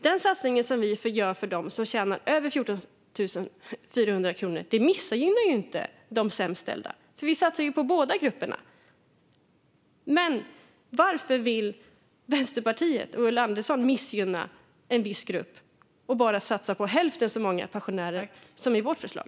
Den satsning som vi gör för dem som tjänar över 14 400 kronor missgynnar inte de sämst ställda. Vi satsar ju på båda grupperna. Varför vill Vänsterpartiet och Ulla Andersson missgynna en viss grupp och bara satsa på hälften så många pensionärer som i vårt förslag?